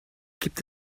gibt